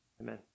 Amen